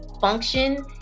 function